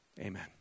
Amen